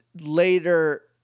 later